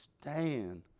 stand